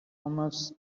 hummus